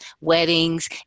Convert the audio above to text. weddings